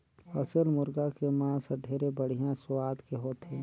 असेल मुरगा के मांस हर ढेरे बड़िहा सुवाद के होथे